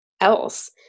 else